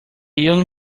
young